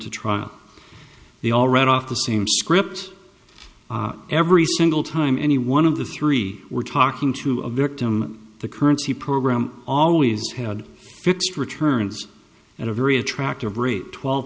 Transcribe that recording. to trial they all right off the same script every single time any one of the three were talking to a victim the currency program always had fixed returns at a very attractive rate twelve